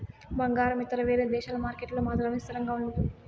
బంగారం ఇతర వేరే దేశాల మార్కెట్లలో మాదిరిగానే స్థిరంగా ఉండదు